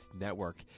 Network